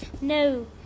no